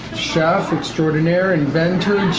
chef extraordinaire, inventor,